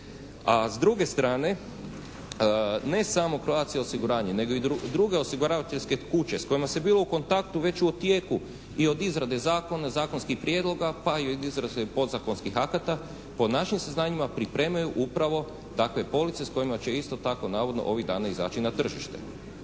a s druge strane ne samo "Croatia osiguranje" nego i druge osiguravateljske kuće s kojima sam bio u kontaktu već u tijeku i od izrade zakona, zakonskih prijedloga, pa i od izrade podzakonskih akta po našim saznanjima pripremaju upravo takve police s kojima će isto tako navodno ovih dana izaći na tržište.